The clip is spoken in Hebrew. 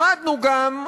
למדנו גם,